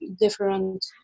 Different